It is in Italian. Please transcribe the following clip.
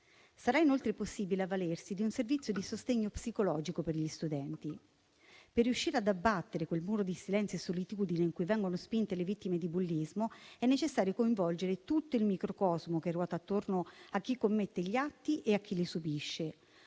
Sarà inoltre possibile avvalersi di un servizio di sostegno psicologico per gli studenti. Per riuscire ad abbattere quel muro di silenzio e solitudine in cui vengono spinte le vittime di bullismo, è necessario coinvolgere tutto il microcosmo che ruota attorno a chi commette gli atti e a chi li subisce.